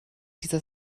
dieser